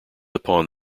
upon